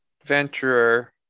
adventurer